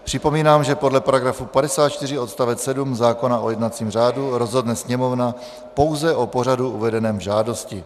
Připomínám, že podle § 54 odst. 7 zákona o jednacím řádu rozhodne Sněmovna pouze o pořadu uvedeném v žádosti.